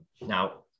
Now